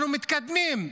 אנחנו מתקדמים,